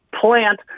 plant